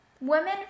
Women